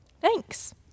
thanks